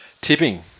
Tipping